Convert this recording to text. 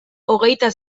hogeita